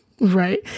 right